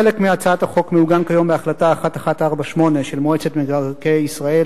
חלק מהצעת החוק מעוגן כיום בהחלטה 1148 של מועצת מקרקעי ישראל,